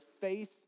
faith